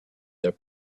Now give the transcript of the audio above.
their